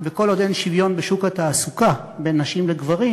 וכל עוד אין שוויון בשוק התעסוקה בין נשים לגברים,